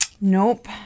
nope